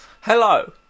Hello